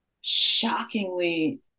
shockingly